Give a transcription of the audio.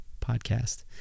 podcast